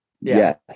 Yes